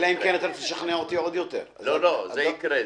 זה יקרה.